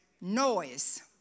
Noise